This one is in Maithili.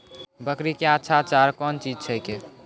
बकरी क्या अच्छा चार कौन चीज छै के?